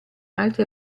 altre